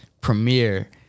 premiere